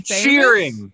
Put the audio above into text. cheering